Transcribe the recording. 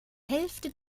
hälfte